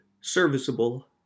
serviceable